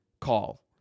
call